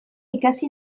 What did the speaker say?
ikasi